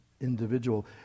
individual